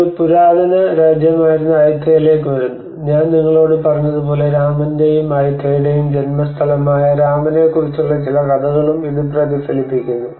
ഒരു പുരാതന രാജ്യമായിരുന്ന ആയുത്തയയിലേക്ക് വരുന്നു ഞാൻ നിങ്ങളോട് പറഞ്ഞതുപോലെ രാമന്റെയും ആയുത്തയയുടെയും ജന്മസ്ഥലമായ രാമനെക്കുറിച്ചുള്ള ചില കഥകളും ഇത് പ്രതിഫലിപ്പിക്കുന്നു